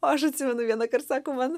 aš atsimenu vienąkart sako man